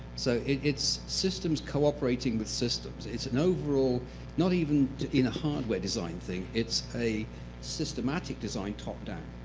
so it's systems cooperating with systems. it's an overall not even in a hardware design thing. it's a systematic design, top down.